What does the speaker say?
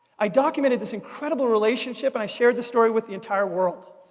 i documented this incredible relationship, and i shared the story with the entire world.